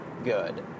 good